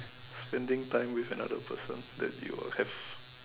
spending time with another person that you have